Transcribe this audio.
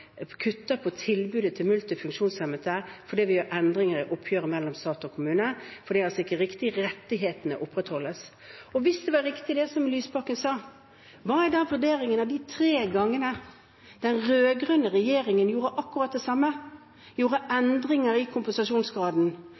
tilbudet til multifunksjonshemmede fordi vi gjør endringer i oppgjøret mellom stat og kommune, for det er altså ikke riktig. Rettighetene opprettholdes. Og hvis det var riktig, det som Lysbakken sa, hva er da vurderingen av de tre gangene den rød-grønne regjeringen gjorde akkurat det samme, gjorde endringer i kompensasjonsgraden